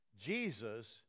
Jesus